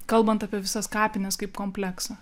kalbant apie visas kapines kaip kompleksą